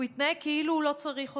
הוא התנהג כאילו הוא לא צריך אותנו.